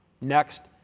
Next